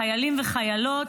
חיילים וחיילות,